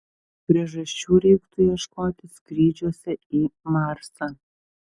priežasčių reiktų ieškoti skrydžiuose į marsą